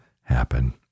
happen